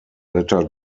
letter